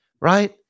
right